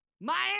Miami